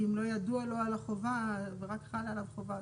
כי אם לא ידוע לו על החובה ורק חלה עליו החובה,